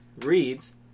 reads